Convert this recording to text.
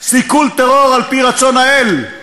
סיכול טרור על-פי רצון האל.